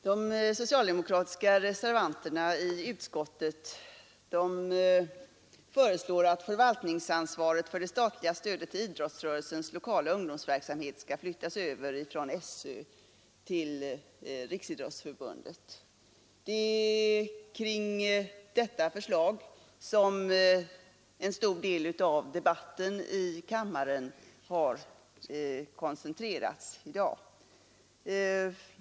Herr talman! De socialdemokratiska reservanterna i utskottet föreslår att förvaltningsansvaret för det statliga stödet till idrottsrörelsens lokala ungdomsverksamhet skall flyttas över från SÖ till Riksidrottsförbundet. Det är kring detta förslag som en stor del av debatten i kammaren har koncentrerats i dag.